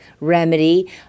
remedy